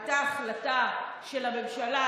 הייתה החלטה של הממשלה,